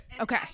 Okay